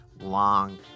long